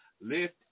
lift